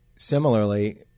Similarly